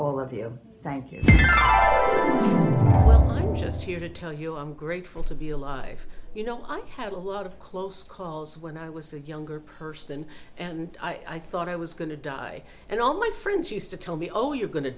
all of you thank you just to tell you i'm grateful to be alive you know i had a lot of close calls when i was a younger person and i thought i was going to die and all my friends used to tell me oh you're go